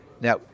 Now